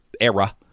era